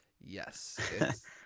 Yes